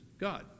God